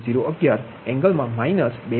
011 એંગલમાં માઇનસ 2